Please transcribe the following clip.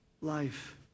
life